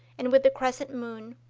and with the crescent moon,